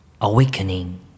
awakening